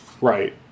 Right